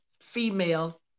female